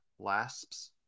lasps